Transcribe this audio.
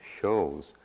shows